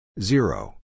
Zero